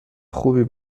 خوبی